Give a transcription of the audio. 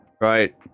right